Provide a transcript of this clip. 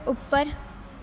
ਉੱਪਰ